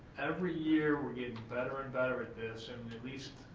every year we're getting better and better at this and at least,